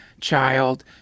child